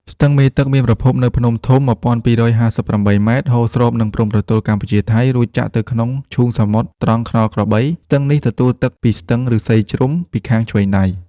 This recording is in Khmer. ស្ទឹងមេទឹក មានប្រភពនៅភ្នំធំ ១២៥៨ ម៉ែត្រ ហូរស្របនឹងព្រំប្រទល់កម្ពុជា-ថៃ រួចចាក់ទៅក្នុងឈូងសមុទ្រត្រង់ថ្នល់ក្របី ស្ទឹងនេះទទួលទឹកពីស្ទឹងឫស្សីជ្រុំពីខាងឆ្វេងដៃ។